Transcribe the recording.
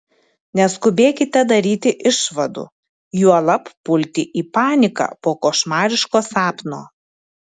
neskubėkite daryti išvadų juolab pulti į paniką po košmariško sapno